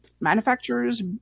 manufacturers